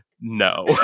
No